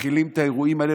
מכילים את האירועים האלה,